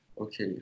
Okay